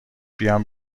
بیام